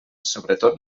sobretot